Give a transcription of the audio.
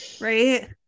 right